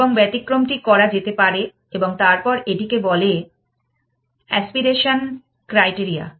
এবং ব্যতিক্রমটি করা যেতে পারে এবং তারপর এটিকে বলে এ্যাস্পিরেশন ক্রাইটেরিয়া